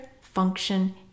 function